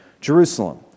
Jerusalem